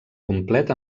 complet